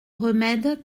remède